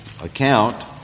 account